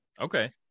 Okay